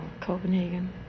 Copenhagen